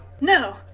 No